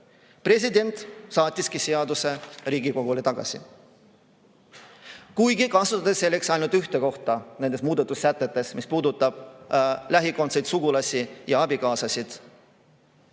President saatiski seaduse Riigikogule tagasi, kuigi kasutas selleks ainult ühte kohta nendes muudatussätetes, mis puudutab lähikondseid, sugulasi ja abikaasasid.